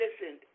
listen